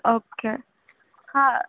okay હા